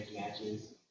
matches